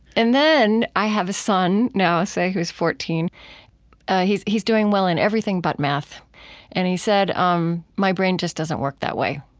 and then, i have a son, now, i'll say, who's fourteen he's he's doing well in everything but math and he said, um my brain just doesn't work that way.